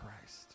Christ